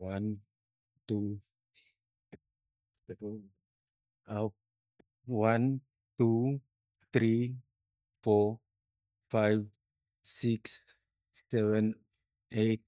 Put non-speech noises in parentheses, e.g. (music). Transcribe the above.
Wan tu, (noise) (unintelligible) wan, tu, tri, fo, faiv, siks, seven, eit,